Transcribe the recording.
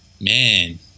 Man